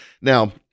Now